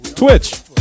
Twitch